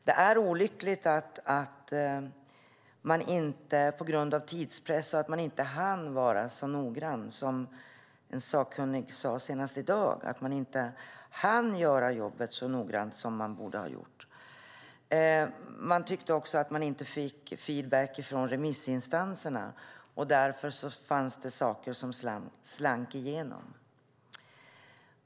Det är olyckligt att man på grund av tidspress inte hann vara så noggrann. En sakkunnig sade senast i dag att man inte hann göra jobbet så noggrant som man borde ha gjort. Man tyckte också att man inte fick feedback från remissinstanserna, och därför fanns det saker som slank igenom.